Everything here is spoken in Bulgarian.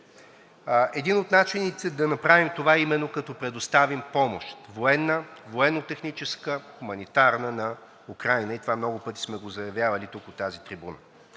Един от начините да направим това е именно като предоставим помощ – военна, военно-техническа, хуманитарна – на Украйна, и това много пъти сме го заявявали тук от тази трибуна.